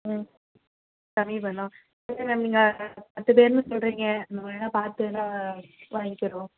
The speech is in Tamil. ம் கம்மி பண்ணும் இல்லை மேம் நீங்கள் பத்து பேருன்னு சொல்கிறிங்க நான் வேணா பார்த்து வேணா வாங்கிடுறோம்